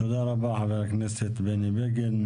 תודה רבה חבר הכנסת בני בגין.